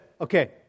okay